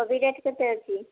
କୋବି ରେଟ୍ କେତେ ଅଛି